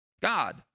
God